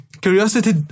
curiosity